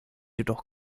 jedoch